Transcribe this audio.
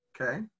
Okay